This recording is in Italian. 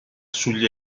sugli